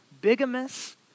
bigamous